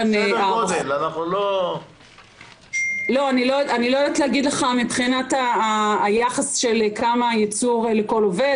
אני לא יודעת להגיד לך מבחינת היחס של כמה ייצור לכל עובד.